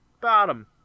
bottom